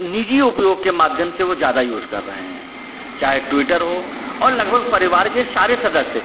निजी उपयोग के माध्यम से वह ज़्यादा यूज कर रहे हैं चाहे ट्विटर हो और लगभग परिवार के सारे सदस्य